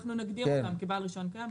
אנחנו נגדיר אותם כבעל רישיון קיים,